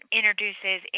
introduces